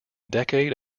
decade